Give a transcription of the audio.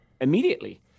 immediately